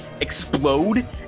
explode